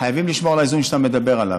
חייבים לשמור על האיזון שאתה מדבר עליו: